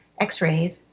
x-rays